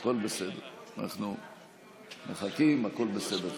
אנחנו מחכים, הכול בסדר.